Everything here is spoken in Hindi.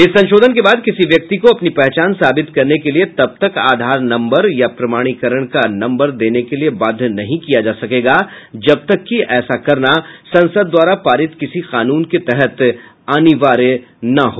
इस संशोधन के बाद किसी व्यक्ति को अपनी पहचान साबित करने के लिए तबतक आधार नम्बर या प्रमाणीकरण का नम्बर देने के लिए बाध्य नहीं किया जा सकेगा जब तक कि ऐसा करना संसद द्वारा पारित किसी कानून के तहत अनिवार्य न हो